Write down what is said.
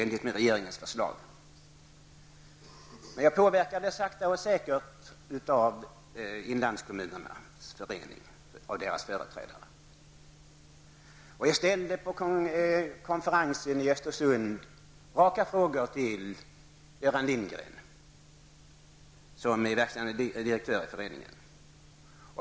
Jag påverkades emellertid sakta men säkert av Jag ställde på konferensen i Östersund raka frågor till Göran Lindgren, som är verkställande direktör i föreningen.